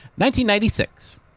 1996